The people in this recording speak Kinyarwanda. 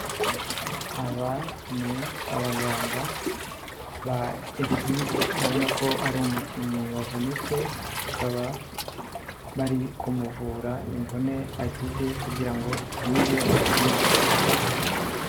Aba ni abaganga ba ekipe urabona ko ari umukinnyi wavunitse, bakaba bari kumuvura imvune agize kugira ngo akomeze akine.